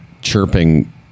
chirping